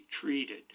treated